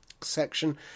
section